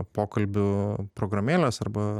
pokalbių programėlės arba